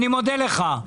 אני מודה לך.